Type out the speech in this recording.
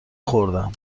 خوردم